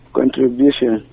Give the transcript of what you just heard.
Contribution